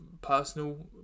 personal